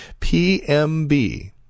PMB